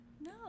No